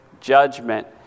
judgment